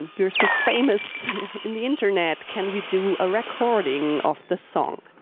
and you're so famous in the internet, can we do a recording of the song?